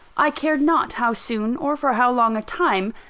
i cared not how soon, or for how long a time,